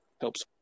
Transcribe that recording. Helps